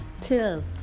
till